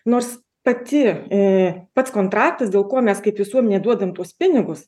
nors pati e pats kontraktas dėl ko mes kaip visuomenė duodam tuos pinigus